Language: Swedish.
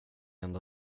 enda